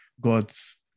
god's